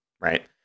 right